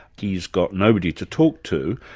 he's got nobody to talk to,